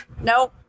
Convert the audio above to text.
No